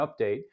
update